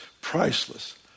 priceless